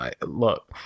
look